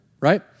right